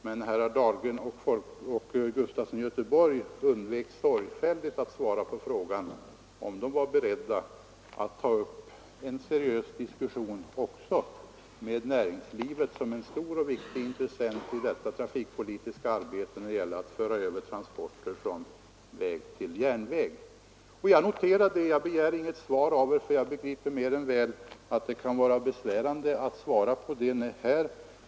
Men herrar Dahlgren och Gustafson i Göteborg undvek sorgfälligt att svara på frågan, om de var beredda att ta upp en seriös diskussion också med näringslivet som en stor och viktig intressent i det trafikpolitiska arbetet när det gäller att föra över transporter från väg till järnväg. Jag noterar det. Jag begär inget svar av er, för jag begriper mer än väl att det kan vara besvärande att svara på den frågan.